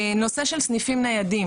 נושא של סניפים ניידים